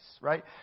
right